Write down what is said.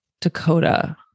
Dakota